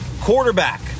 Quarterback